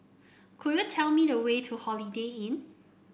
could you tell me the way to Holiday Inn